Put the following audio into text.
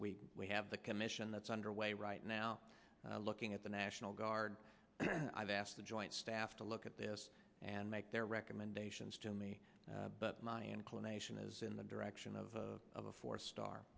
we we have the commission that's underway right now looking at the national guard i've asked the joint staff to look at this and make their recommendations to me but my inclination is in the direction of of a four star